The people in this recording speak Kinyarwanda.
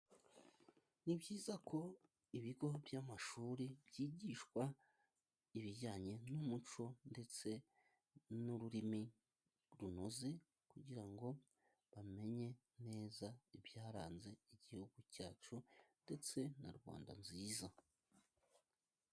Ni byiza ko ibigo by'amashuri byigishwa ibijyanye n'umuco ndetse n'ururimi runoze. Kugira ngo bamenye neza ibyaranze igihugu cyacu ndetse na Rwanda nziza.